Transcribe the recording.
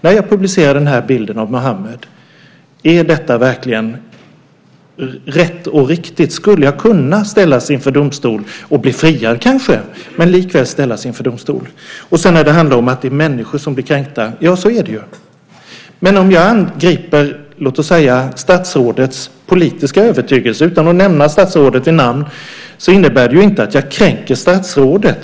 När jag publicerar den här bilden av Muhammed, är detta verkligen rätt och riktigt? Skulle jag kunna ställas inför domstol? Jag skulle kanske bli friad, men likväl ställas inför domstol. Det handlar om att det är människor som blir kränkta. Så är det. Om jag angriper låt oss säga statsrådets politiska övertygelse utan att nämna statsrådet vid namn innebär det inte att jag kränker statsrådet.